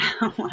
Wow